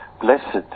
blessed